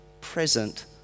present